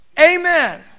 Amen